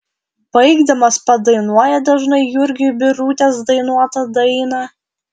baigdamas padainuoja dažnai jurgiui birutės dainuotą dainą